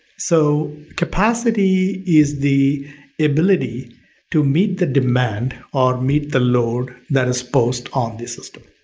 so, capacity is the the ability to meet the demand or meet the load that's exposed on the system.